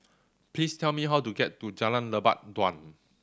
please tell me how to get to Jalan Lebat Daun